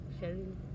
sharing